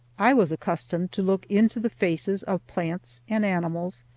i was accustomed to look into the faces of plants and animals,